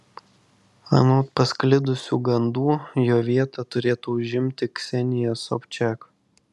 anot pasklidusių gandų jo vietą turėtų užimti ksenija sobčiak